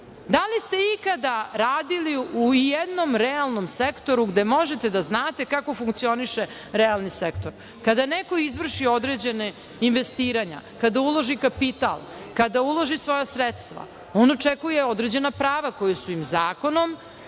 Da li ste ikada radili u ijednom realnom sektoru gde možete da znate kako funkcioniše realni sektor? Kada neko izvrši određena investiranja, kada uloži kapital, kada uloži svoja sredstva, on očekuje određena prava koja su im zakonom